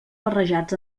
barrejats